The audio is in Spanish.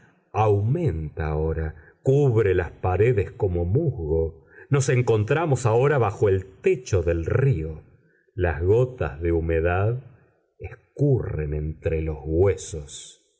aumenta ahora cubre las paredes como musgo nos encontramos ahora bajo el lecho del río las gotas de humedad escurren entre los huesos